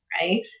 right